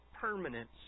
permanence